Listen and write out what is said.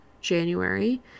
January